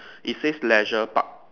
it says Leisure Park